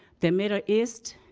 the middle east,